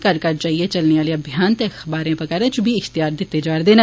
घर घर जाइए चलाने आले अभियान ते अखबारें बगैरा इच बी इश्तेयार दित्ते जा करदे न